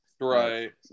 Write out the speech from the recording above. right